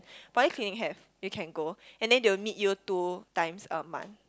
polyclinic have you can go and then they will meet you two times a month